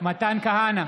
מתן כהנא,